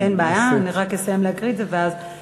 אין בעיה, אני רק אסיים להקריא את זה, ואז.